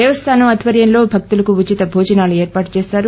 దేశస్థానం ఆధ్వర్యంలో భక్తుకు ఉచిత భోజనాను ఏర్పాటు చేశారు